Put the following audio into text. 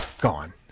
Gone